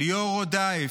ליאור רודאיף,